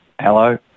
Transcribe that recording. Hello